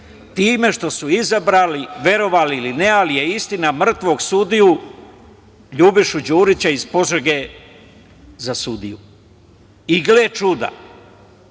time što su izabrali, verovali ili ne, ali je istina, mrtvog sudiju Ljubišu Đurića iz Požega za sudiju. Gle čuda,